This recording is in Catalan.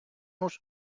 los